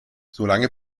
solange